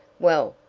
well,